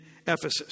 Ephesus